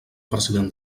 president